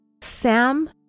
Sam